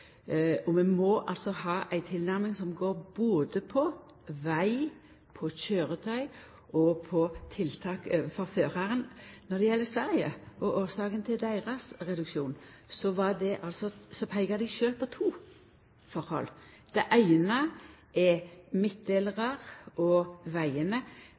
og vi må ha ei tilnærming som går på veg, på køyretøy og på tiltak overfor føraren. Når det gjeld Sverige, og årsaka til reduksjonen der, så peikte dei sjølve på to forhold. Det eine er midtdelarar på vegane.